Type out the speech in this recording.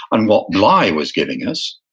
and what bly was giving us,